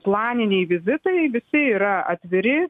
planiniai vizitai visi yra atviri